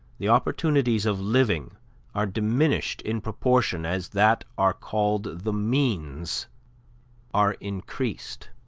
the opportunities of living are diminished in proportion as that are called the means are increased.